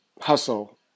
hustle